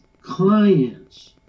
clients